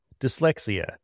dyslexia